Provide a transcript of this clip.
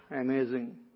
amazing